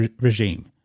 regime